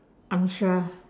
I'm sure